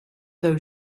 those